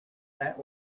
that